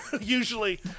usually